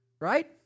right